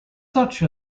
such